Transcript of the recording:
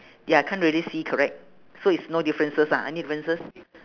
ya can't really see correct so is no differences lah any differences